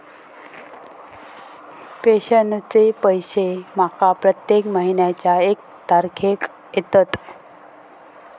पेंशनचे पैशे माका प्रत्येक महिन्याच्या एक तारखेक येतत